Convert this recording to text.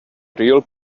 real